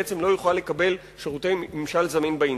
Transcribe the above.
בעצם לא יוכל לקבל שירותי ממשל זמין באינטרנט.